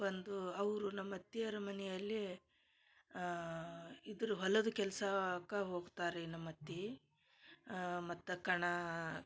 ಬಂದು ಅವರು ನಮ್ಮ ಅತ್ತಿಯವರು ಮನೆಯಲ್ಲಿ ಇದ್ರ ಹೊಲದ ಕೆಲಸಾಕ್ಕ ಹೋಗ್ತಾರ ರೀ ನಮ್ಮ ಅತ್ತಿ ಮತ್ತ ಕಣಾ